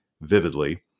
vividly